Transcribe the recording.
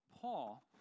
Paul